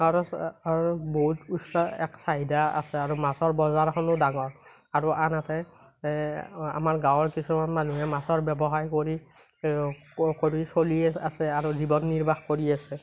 উচ্চ এক চাহিদা আছে আৰু মাছৰ বজাৰখনো ডাঙৰ আৰু আনহাতে আমাৰ গাঁৱৰ কিছুমান মানুহে মাছৰ ব্যৱসায় কৰি কৰি চলি আছ আছে আৰু জীৱন নিৰ্বাহ কৰি আছে